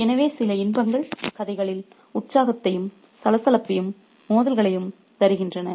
எனவே சில இன்பங்கள் கதையில் உற்சாகத்தையும் சலசலப்பையும் மோதலையும் தருகின்றன